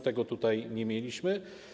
Tego tutaj nie mieliśmy.